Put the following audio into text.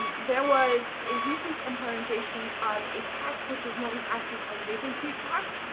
and there was a recent implementation of a tax which is known as the home vacancy tax,